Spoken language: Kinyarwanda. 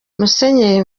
musenyeri